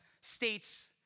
states